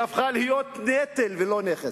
היא הפכה להיות נטל, ולא נכס.